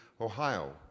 Ohio